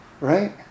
right